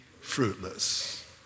fruitless